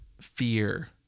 fear